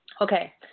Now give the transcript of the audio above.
Okay